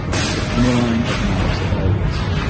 the underlying economics of all this